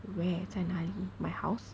where 在哪里 my house